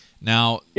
Now